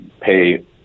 pay